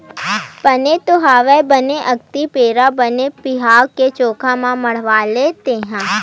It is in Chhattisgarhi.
बने तो हवय बने अक्ती बेरा बने बिहाव के जोखा ल मड़हाले तेंहा